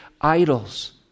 idols